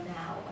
now